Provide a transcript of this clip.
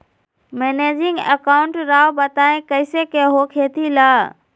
Managing account Rao बताएं कैसे के हो खेती ला?